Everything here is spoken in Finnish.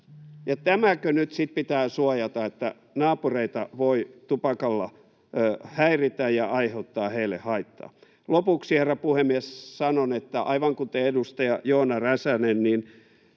Tämäkö nyt sitten pitää suojata, että naapureita voi tupakalla häiritä ja aiheuttaa heille haittaa? Lopuksi, herra puhemies, sanon, aivan kuten edustaja Joona Räsänen,